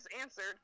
answered